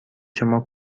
شما